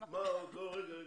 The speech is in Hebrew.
מה עוד?